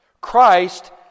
Christ